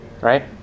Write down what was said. right